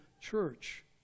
church